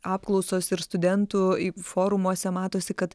apklausos ir studentų forumuose matosi kad